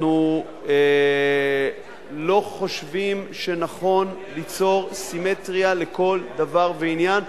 אנחנו לא חושבים שנכון ליצור סימטריה בכל דבר ועניין,